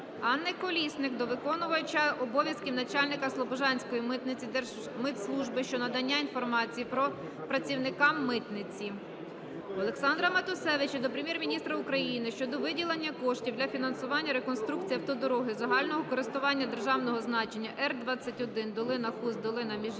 Анни Колісник до виконувача обов'язків начальника Слобожанської митниці Держмитслужби щодо надання інформації по працівникам митниці. Олександра Матусевича до Прем'єр-міністра України щодо виділення коштів для фінансування реконструкції автодороги загального користування державного значення Р-21 (Долина-Хуст, Долина-Міжгір'я)